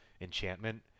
Enchantment